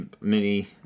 mini